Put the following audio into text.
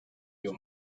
yıl